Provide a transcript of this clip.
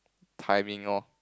timing orh